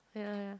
ya